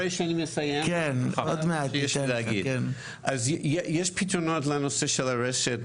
יש פתרונות מידיים לנושא של הרשת.